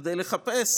כדי לחפש